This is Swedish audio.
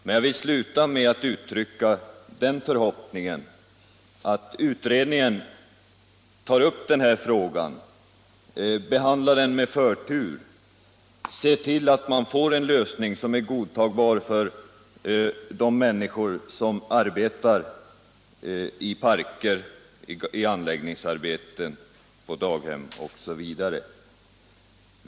Men jag vill sluta med att uttrycka den förhoppningen att utredningen tar upp frågan, behandlar den med förtur, ser till att man får en lösning som är godtagbar för de människor som arbetar i parker, med anläggningsarbeten, på daghem osv.